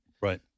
right